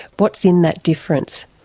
what's in that difference?